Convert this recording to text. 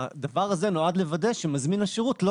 הדבר הזה נועד לוודא שמזמין השירות לא